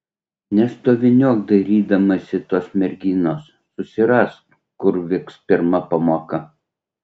nestoviniuok dairydamasi tos merginos susirask kur vyks pirma pamoka